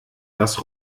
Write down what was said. das